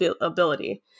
ability